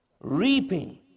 reaping